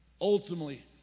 Ultimately